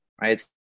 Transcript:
right